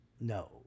No